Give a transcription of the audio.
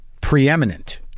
preeminent